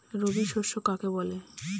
রবি শস্য কাকে বলে?